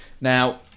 Now